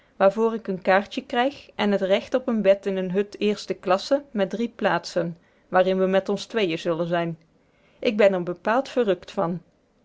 waarvoor ik een kaartje krijg en t recht op een bed in een hut eerste klasse met drie plaatsen waarin we met ons tweeën zullen zijn ik ben er bepaald verrukt van